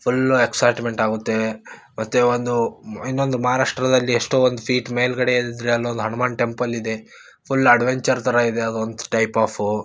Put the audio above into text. full excitement ಆಗುತ್ತೆ ಮತ್ತೆ ಒಂದು ಇನ್ನೊಂದು ಮಹಾರಾಷ್ಟ್ರದಲ್ಲಿ ಎಷ್ಟೋ ಒಂದು ಫೀಟ್ ಮೇಲುಗಡೆ ಏರಿದ್ರೆ ಅಲ್ಲೊಂದು ಹನುಮಾನ್ ಟೆಂಪಲ್ ಇದೆ ಫುಲ್ ಅಡ್ವೆಂಚರ್ ಥರ ಇದೆ ಅದೊಂದು ಟೈಪ್ ಆಫು